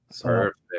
Perfect